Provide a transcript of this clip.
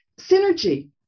synergy